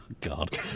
God